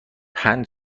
پنج